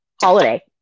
holiday